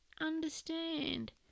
understand